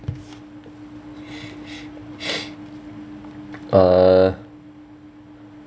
ah